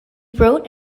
wrote